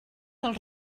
dels